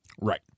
Right